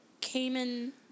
Cayman